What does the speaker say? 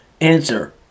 Answer